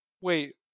Wait